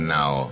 now